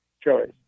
choice